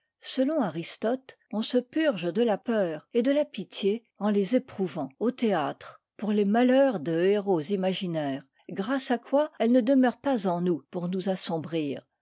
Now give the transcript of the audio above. selon aristote on se purge de la peur et de la pitié en les éprouvant au théâtre pour les malheurs de héros imaginaires grâce à quoi elles ne demeurent pas en nous pour nous assombrir